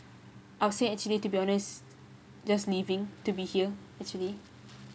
I'll say actually to be honest just living to be here actually